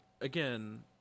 again